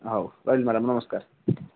ହଉ ରହିଲି ମ୍ୟାଡ଼ମ୍ ନମସ୍କାର